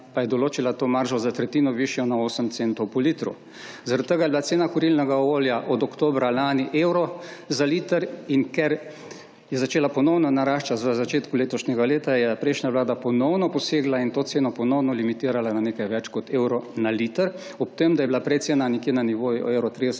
cenah določila to maržo za tretjino višjo, to je na 8 centov po litru. Zaradi tega je bila cena kurilnega olja od oktobra lani evro za liter. Ker je začela ponovno naraščati v začetku letošnjega leta, je prejšnja vlada ponovno posegla in to ceno ponovno limitirala na nekaj več kot evro na liter, ob tem da je bila prej cena nekje na nivoju 1,30